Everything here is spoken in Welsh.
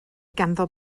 ganddo